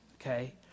okay